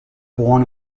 born